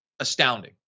astounding